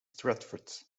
stratford